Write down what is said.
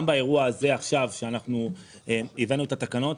גם באירוע הזה עכשיו שהבאנו את התקנות,